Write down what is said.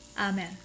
amen